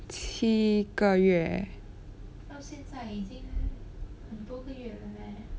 七个月